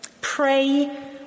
Pray